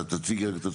תציגי את עצמך.